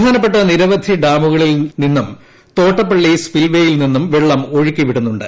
പ്രധാനപ്പെട്ട നിരവധി ഡാമുകളിൽ നിന്നും തോട്ടപ്പള്ളി സ്പ്രിൽവേയിൽ നിന്നും വെള്ളം ഒഴുക്കി വിടുന്നുണ്ട്